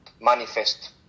manifest